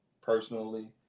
personally